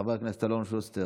חבר הכנסת אלון שוסטר,